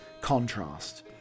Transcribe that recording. contrast